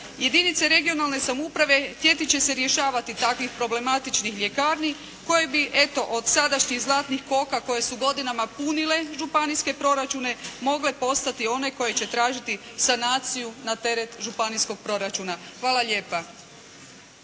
Jedinice regionalne samouprave htjeti će se rješavati takvih problematičnih ljekarni koje bi eto od sadašnjih zlatnih koka koje su godinama punile županijske proračune mogle postati one koje će tražiti sanaciju na teret županijskog proračuna. Hvala lijepa.